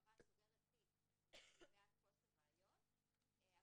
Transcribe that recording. והמשטרה סוגרת תיק עקב חוסר ראיות אבל